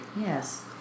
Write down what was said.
yes